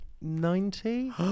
Ninety